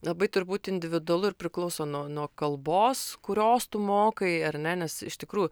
labai turbūt individualu ir priklauso nuo nuo kalbos kurios tu mokai ar ne nes iš tikrųjų